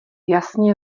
jasně